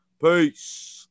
Peace